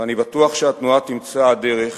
ואני בטוח שהתנועה תמצא את הדרך